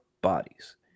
bodies